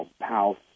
house